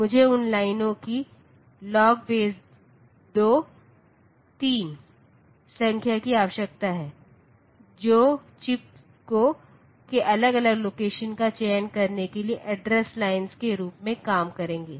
मुझे उन लाइनों की संख्या की आवश्यकता है जो चिप के अलग अलग लोकेशन का चयन करने के लिए एड्रेस लाइन्स के रूप में काम करेंगे